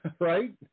right